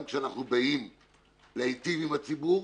גם כשאנחנו באים להיטיב עם הציבור,